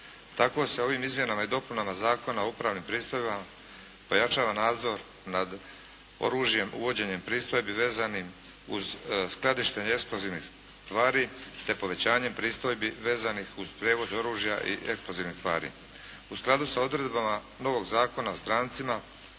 Tako se ovim izmjenama i dopunama Zakona o upravnim pristojbama pojačava nadzor nad oružjem uvođenjem pristojbi vezanim uz skladištenje eksplozivnih tvari te povećanjem pristojbi vezanih uz prijevoz oružja i eksplozivne tvari. U skladu s odredbama novog Zakona o strancima